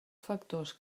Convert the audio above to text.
factors